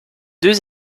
deux